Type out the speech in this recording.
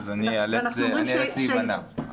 אני איאלץ להימנע.